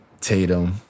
Tatum